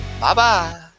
Bye-bye